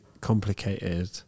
complicated